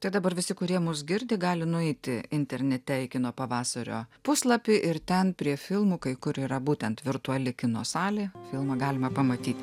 tai dabar visi kurie mus girdi gali nueiti internete į kino pavasario puslapį ir ten prie filmų kai kur yra būtent virtuali kino salė filmą galima pamatyt